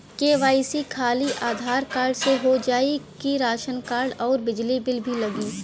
KYC खाली Aadhaar card से हो जाए कि राशन कार्ड अउर बिजली बिल भी लगी?